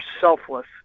selfless